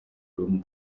room